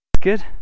good